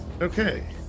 Okay